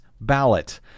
ballot